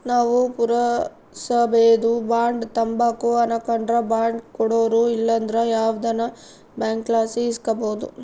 ನಾವು ಪುರಸಬೇದು ಬಾಂಡ್ ತಾಂಬಕು ಅನಕಂಡ್ರ ಬಾಂಡ್ ಕೊಡೋರು ಇಲ್ಲಂದ್ರ ಯಾವ್ದನ ಬ್ಯಾಂಕ್ಲಾಸಿ ಇಸ್ಕಬೋದು